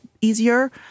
easier